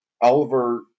Oliver